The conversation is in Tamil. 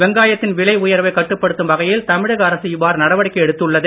வெங்காயத்தின் விலை உயர்வைக் கட்டுப்படுத்தும் வகையில் தமிழக அரசு இவ்வாறு நடவடிக்கை எடுத்துள்ளது